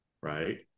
Right